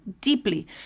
deeply